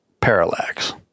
parallax